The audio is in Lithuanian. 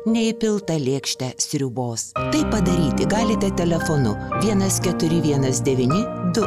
neįpiltą lėkštę sriubos tai padaryti galite telefonu vienas keturi vienas devyni du